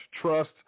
trust